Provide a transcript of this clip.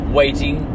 waiting